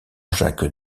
jacques